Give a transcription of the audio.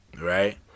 right